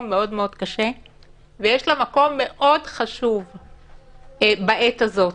מאוד מאוד קשה ויש לה מקום מאוד חשוב בעת הזאת.